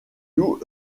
loups